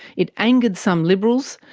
it angered some liberals,